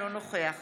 אינו נוכח